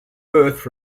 birth